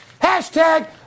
hashtag